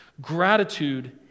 gratitude